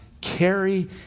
carry